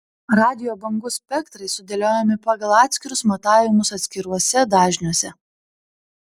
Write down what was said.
radijo bangų spektrai sudėliojami pagal atskirus matavimus atskiruose dažniuose